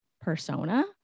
persona